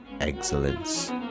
excellence